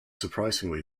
surprisingly